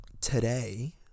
today